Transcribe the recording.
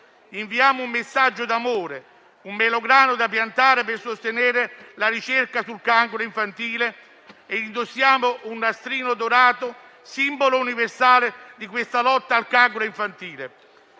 inviamo un messaggio d'amore, un melograno da piantare per sostenere la ricerca sul cancro infantile, e indossiamo un nastrino dorato, simbolo universale della lotta al cancro infantile,